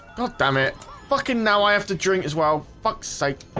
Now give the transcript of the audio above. goddammit fucking now. i have to drink as well fuck's sake